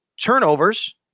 turnovers